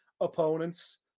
opponents